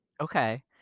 okay